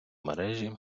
мережі